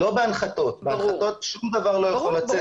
לא בהנחתות, בהנחתות שום דבר לא יכול לצאת טוב.